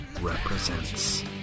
represents